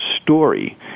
story